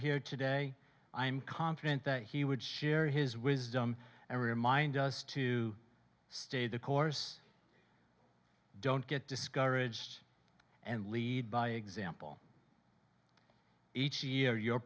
here today i am confident that he would share his wisdom and remind us to stay the course don't get discouraged and lead by example each year your